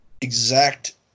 exact